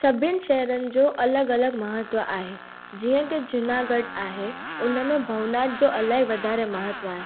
सभिनि शहरनि जो अलॻि अलॻि महत्व आहे जीअं की जूनागढ़ आहे उन में भवनाथ जो इलाही वधारे महत्व आहे